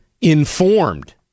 informed